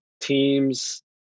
teams